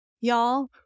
Y'all